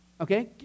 Okay